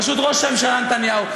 בראשות ראש הממשלה נתניהו,